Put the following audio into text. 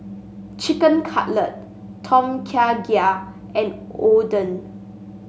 Chicken Cutlet Tom Kha Gai and Oden